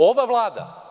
Ova Vlada?